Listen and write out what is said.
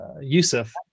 Yusuf